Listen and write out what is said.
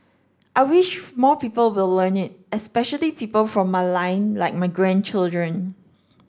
I wish more people will learn it especially people from my line like my grandchildren